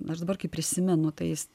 nors dabar kaip prisimenu tais